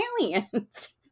aliens